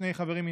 שני חברים,